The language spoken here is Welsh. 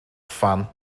phan